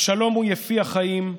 "השלום הוא יפי החיים,